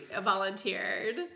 volunteered